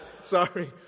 Sorry